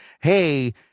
Hey